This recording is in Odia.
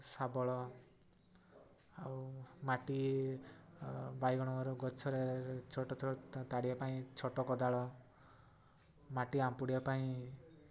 ଶାବଳ ଆଉ ମାଟି ବାଇଗଣଙ୍କର ଗଛରେ ଛୋଟ ଛୋଟ ତାଡ଼ିବା ପାଇଁ ଛୋଟ କୋଦାଳ ମାଟି ଆମ୍ପୁଡ଼ିଆ ପାଇଁ